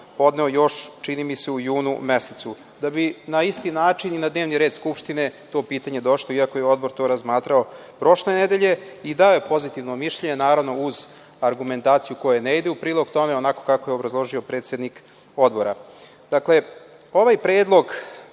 podneo još u junu mesecu. Da bi na isti način i na dnevni red Skupštine to pitanje došlo iako je Odbor to razmatrao prošle nedelje i dao je pozitivno mišljenje, naravno uz argumentaciju koja ne ide u prilog tome, onako kako je obrazložio predsednik Odbora. Ovaj predlog